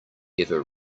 ever